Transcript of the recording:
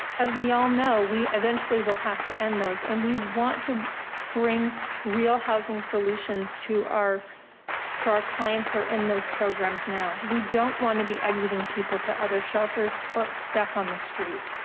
as we all know, we eventually will have to end those and we want to bring real housing solutions to our to our clients are in those programs now. we don't want to be exiting people to other shelters or back on the street.